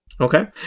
Okay